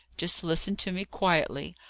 just listen to me quietly.